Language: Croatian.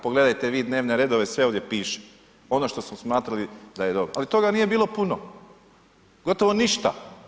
Pogledajte vi dnevne redove sve ovdje piše, ono što smo smatrali da je dobro, ali toga nije bilo puno, gotovo ništa.